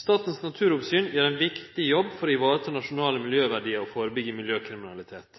Statens naturoppsyn gjer ein viktig jobb for å vareta nasjonale miljøverdiar og førebygge miljøkriminalitet.